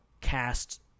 cast